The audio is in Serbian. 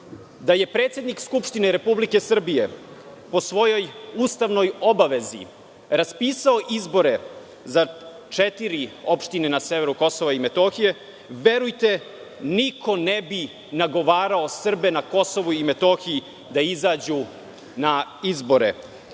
je predsednik Skupštine Republike Srbije po svojoj ustavnoj obavezi raspisao izbore za četiri opštine na severu Kosova i Metohije, verujte, niko ne bi nagovarao Srbe na Kosovu i Metohiji da izađu na izbore. Da